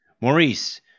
Maurice